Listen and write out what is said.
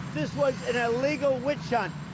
this was an illegal witch hunt,